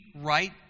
right